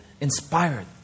inspired